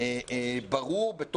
קודם כל, ממש פורסם בימים